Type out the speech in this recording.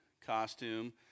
costume